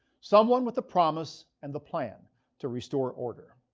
someone with the promise and the plan to restore order?